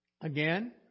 Again